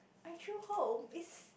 my true home is